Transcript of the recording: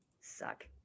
suck